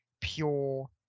pure